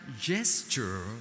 gesture